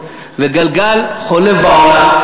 וגלגל חוזר בעולם,